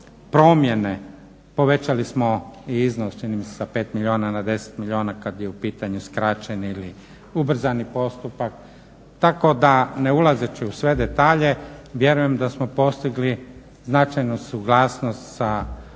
promjene. Povećali smo iznos čini mi se sa 5 milijuna na 10 milijuna kad je u pitanju skraćeni ili ubrzani postupak tako da, ne ulazeći u sve detalje, vjerujem da smo postigli značajnu suglasnost sa mnogima